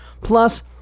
Plus